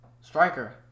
striker